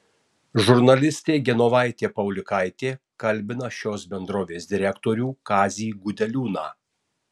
žurnalistė genovaitė paulikaitė kalbina šios bendrovės direktorių kazį gudeliūną